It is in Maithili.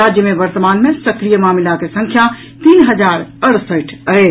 राज्य मे वर्तमान मे सक्रिय मामिलाक संख्या तीन हजार अड़सठि अछि